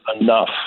enough